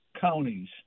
counties